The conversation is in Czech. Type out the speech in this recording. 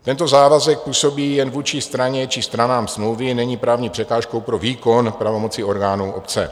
Tento závazek působí jen vůči straně či stranám smlouvy, není právní překážkou pro výkon pravomoci orgánů obce.